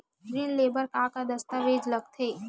ऋण ले बर का का दस्तावेज लगथे?